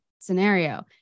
scenario